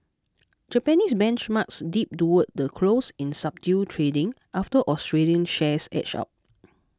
Japanese benchmarks dipped toward the close in subdued trading after Australian shares edged up